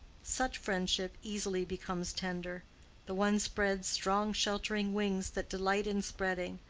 such friendship easily becomes tender the one spreads strong sheltering wings that delight in spreading,